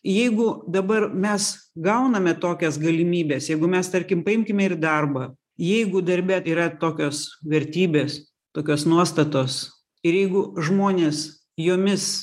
jeigu dabar mes gauname tokias galimybes jeigu mes tarkim paimkime ir darbą jeigu darbe yra tokios vertybės tokios nuostatos ir jeigu žmonės jomis